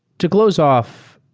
to close off,